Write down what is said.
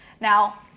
Now